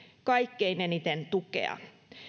kaikkein eniten tukea